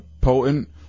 potent